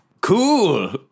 Cool